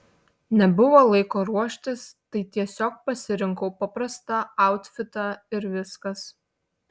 nebuvo laiko ruoštis tai tiesiog pasirinkau paprastą autfitą ir viskas